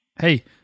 Hey